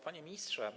Panie Ministrze!